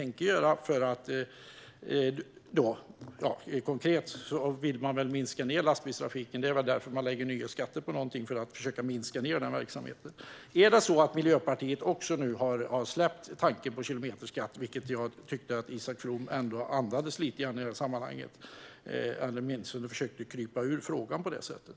Ni vill minska lastbilstrafiken. Man lägger väl nya skatter på något för att försöka minska den verksamheten. Har Miljöpartiet också släppt tanken på en kilometerskatt, vilket jag tyckte att Isak From ändå andades lite i sammanhanget? Han försökte åtminstone krypa undan frågan på det sättet.